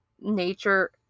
nature